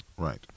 right